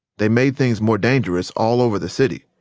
they made things more dangerous all over the city.